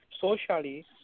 Socially